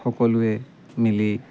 সকলোৱে মিলি